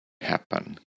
happen